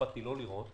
והקפדתי לא לראות,